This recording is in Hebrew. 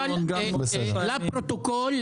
לפרוטוקול.